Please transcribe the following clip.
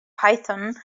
python